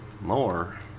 more